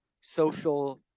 social